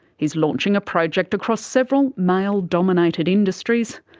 he's launching a project across several male dominated industries,